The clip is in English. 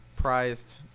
prized